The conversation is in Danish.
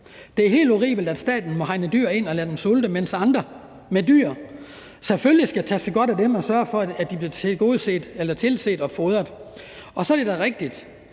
Det er helt horribelt, at staten må hegne dyr ind og lade dem sulte, mens andre selvfølgelig skal tage sig godt af dem og sørge for, at de bliver tilset og fodret. Og så er det da rigtigt,